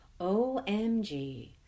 omg